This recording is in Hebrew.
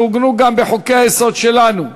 שעוגנו גם בחוקי-היסוד שלנו,